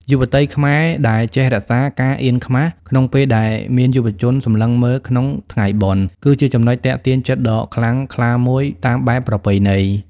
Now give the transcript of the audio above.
យុវតីខ្មែរដែលចេះរក្សា "ការអៀនខ្មាស" ក្នុងពេលដែលមានយុវជនសម្លឹងមើលក្នុងថ្ងៃបុណ្យ គឺជាចំណុចទាក់ទាញចិត្តដ៏ខ្លាំងក្លាមួយតាមបែបប្រពៃណី។